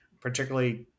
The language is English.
particularly